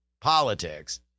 politics